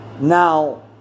Now